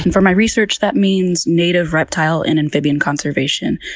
for my research, that means native reptile and amphibian conservation,